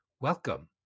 Welcome